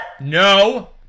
No